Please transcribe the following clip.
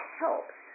helps